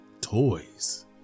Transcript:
toys